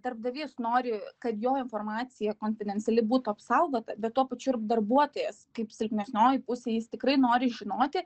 darbdavys nori kad jo informacija konfidenciali būtų apsaugota bet tuo pačiu ir darbuotojas kaip silpnesnioji pusė jis tikrai nori žinoti